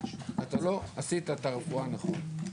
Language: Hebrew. אתה לא עשית את הרפואה נכון.